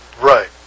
Right